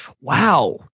wow